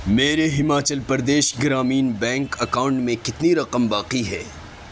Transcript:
میرے Himachal Pradesh Gramin bank account میں کتنی رقم باقی ہے